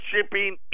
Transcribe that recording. shipping